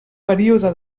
període